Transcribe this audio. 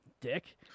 Dick